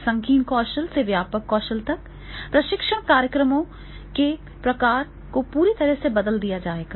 संकीर्ण कौशल से व्यापक कौशल तक प्रशिक्षण कार्यक्रमों के प्रकार को पूरी तरह से बदल दिया जाएगा